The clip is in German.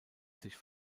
sich